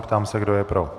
Ptám se, kdo je pro.